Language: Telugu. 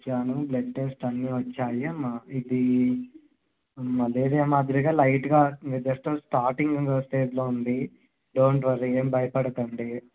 చాను బ్లడ్ టెస్ట్ అన్నీ వచ్చాయమ్మా ఇది మలేరియా మాదిరి లైట్గా మీఋ జస్ట్ స్టార్టింగ్ స్టేజ్లో ఉంది డోన్ట్ వర్రీ ఏం భయపడకండి